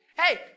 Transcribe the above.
Hey